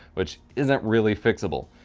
which isn't really fixable.